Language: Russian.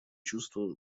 чувство